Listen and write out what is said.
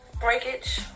breakage